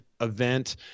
event